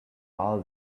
all